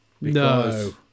no